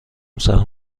سهم